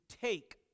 take